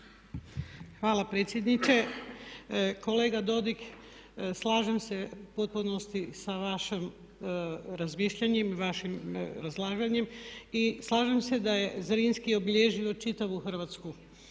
Hvala predsjedniče. Kolega Dodig slažem se u potpunosti sa vašim razmišljanjem i vašim izlaganjem i slažem se da je Zrinski obilježio čitavu Hrvatsku.